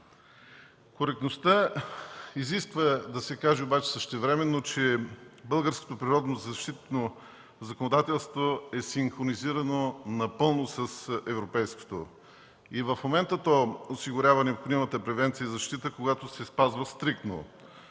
Коректността изисква обаче да се каже същевременно, че българското природозащитно законодателство е синхронизирано напълно с европейското. В момента то осигурява необходимата превенция за защита, когато се спазва стриктно.